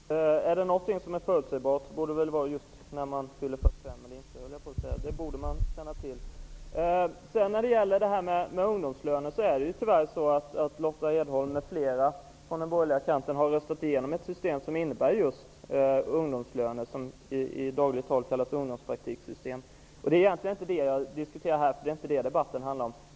Herr talman! Är det någonting som är förutsägbart borde det väl vara just när man fyller 45 år. Det borde man känna till. Lotta Edholm m.fl. på den borgerliga kanten har tyvärr just röstat igenom ett system med ungdomslöner, i dagligt tal kallat ungdomspraktiksystem. Det är egentligen inte detta som debatten här handlar om.